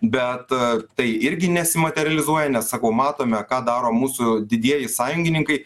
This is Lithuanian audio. bet tai irgi nesimaterializuoja nes sakau matome ką daro mūsų didieji sąjungininkai